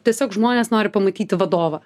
tiesiog žmonės nori pamatyti vadovą